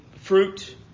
fruit